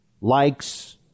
likes